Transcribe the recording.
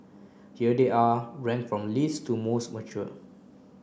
here they are ranked from least to most mature